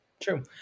True